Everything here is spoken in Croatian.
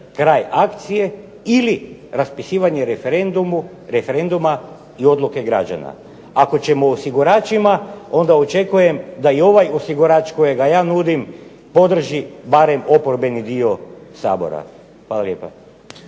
kraj akcije ili raspisivanje referenduma i odluke građana. Ako ćemo o osiguračima, onda očekujem da i ovaj osigurač kojega ja nudim podrži barem oporbeni dio Sabora. Hvala lijepa.